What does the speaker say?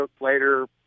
later